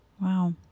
Wow